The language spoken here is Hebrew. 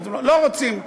לא רוצים,